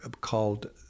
called